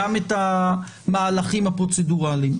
גם את המהלכים הפרוצדורליים.